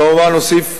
כמובן, אוסיף,